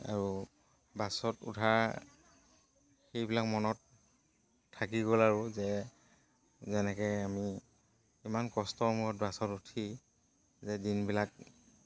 আৰু বাছত উঠা সেইবিলাক মনত থাকি গ'ল আৰু যেনেকৈ আমি ইমান কষ্টৰ মূৰত বাছত উঠি যে দিনবিলাক